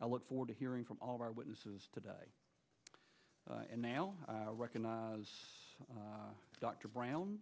i look forward to hearing from all of our witnesses today and they'll recognize as dr brown